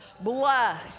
blood